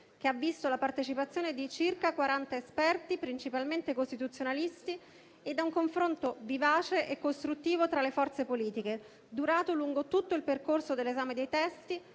con la partecipazione di circa 40 esperti, principalmente costituzionalisti, e con un confronto vivace e costruttivo tra le forze politiche durato lungo tutto il percorso dell'analisi dei testi,